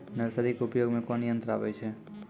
Nursery के उपयोग मे कोन यंत्र आबै छै?